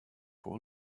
for